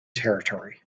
territory